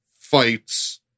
fights